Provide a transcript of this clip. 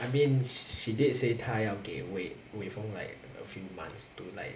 I mean she did say 她要给 wei wei feng like a few months to like